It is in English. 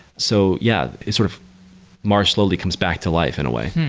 so yeah, it's sort of mars slowly comes back to life in a way.